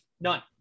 none